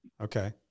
Okay